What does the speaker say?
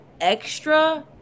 Extra